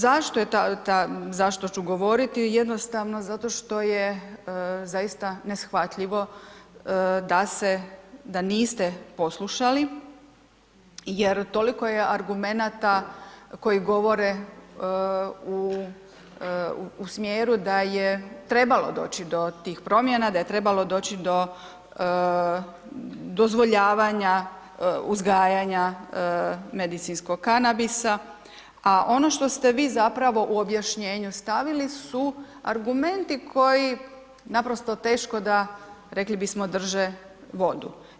Zašto je ta, zašto ću govoriti jednostavno zato što je zaista neshvatljivo da se, da niste poslušali jer toliko je argumenata koji govore u smjeru da je trebalo doći do tih promjena, da je trebalo doći do dozvoljavanja uzgajanja medicinskog kanabisa, a ono što ste vi zapravo u objašnjenju stavili su argumenti koji naprosto teško da, rekli bismo drže vodu.